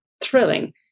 thrilling